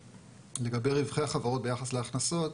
לגבי רווחי חברות ביחס להכנסות,